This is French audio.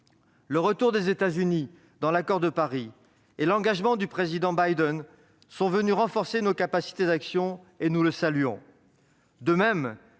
Le retour des États-Unis dans l'accord de Paris et l'engagement du président Biden sont venus renforcer nos capacités d'actions, et nous le saluons. De même,